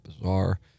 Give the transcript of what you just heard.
bizarre